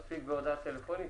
האם מספיק בהודעה טלפונית?